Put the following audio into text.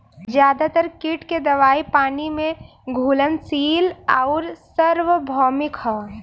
ज्यादातर कीट के दवाई पानी में घुलनशील आउर सार्वभौमिक ह?